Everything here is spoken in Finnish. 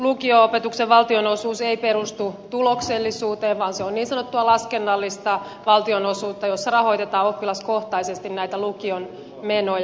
lukio opetuksen valtionosuus ei perustu tuloksellisuuteen vaan se on niin sanottua laskennallista valtionosuutta jossa rahoitetaan oppilaskohtaisesti lukion menoja